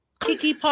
Kiki